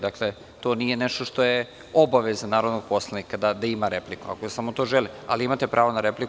Dakle, to nije nešto što je obaveza narodnog poslanika da ima repliku, ako samo to želi, ali imate pravo na repliku.